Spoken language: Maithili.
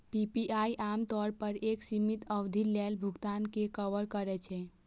पी.पी.आई आम तौर पर एक सीमित अवधि लेल भुगतान कें कवर करै छै